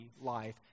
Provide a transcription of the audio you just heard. life